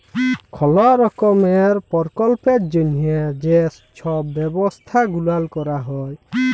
call রকমের পরকল্পের জ্যনহে যে ছব ব্যবছা গুলাল ক্যরা হ্যয়